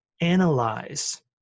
analyze